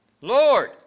Lord